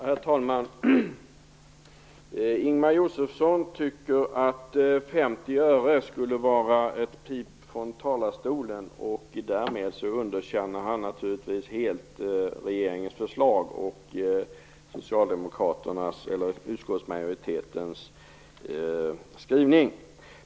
Herr talman! Ingemar Josefsson tycker att 50 öre skulle vara ett pip från talarstolen. Därmed underkänner han naturligtvis helt regeringens förslag och utskottsmajoritetens skrivning.